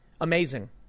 Amazing